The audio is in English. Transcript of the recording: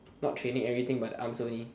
not training everything but the arms only